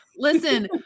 Listen